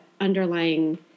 underlying